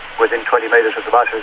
within twenty metres of the buses.